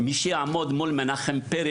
מישהו שיעמוד מול מנחם פרי,